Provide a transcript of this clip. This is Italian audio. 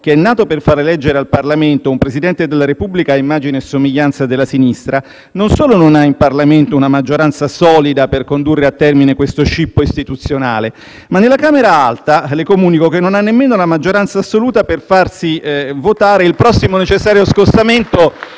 nato per far eleggere al Parlamento un Presidente della Repubblica a immagine e somiglianza della sinistra, non solo non ha in Parlamento una maggioranza solida per condurre a termine questo scippo istituzionale, ma nella Camera alta le comunico che non ha nemmeno la maggioranza assoluta per farsi votare il prossimo necessario scostamento,